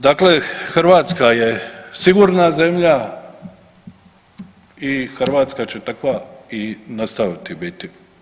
Dakle Hrvatska je sigurna zemlja i Hrvatska će takva nastaviti biti.